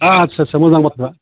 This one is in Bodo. आच्चा आच्चा मोजां बाथ्रा